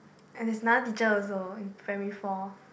and there's another teacher also in primary four